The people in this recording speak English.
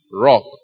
rock